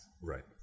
right